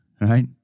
right